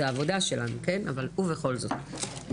זה העבודה שלנו ובכל זאת.